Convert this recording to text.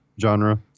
genre